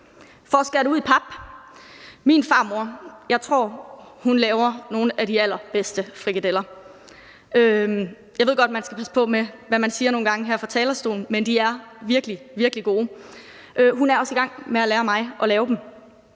at skære det ud i pap: Jeg tror, at min farmor laver nogle af de allerbedste frikadeller. Jeg ved godt, at man nogle gange skal passe på med, hvad man siger her fra talerstolen, men de er virkelig, virkelig gode. Og hun er også i gang med at lære mig at lave dem,